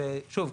ושוב,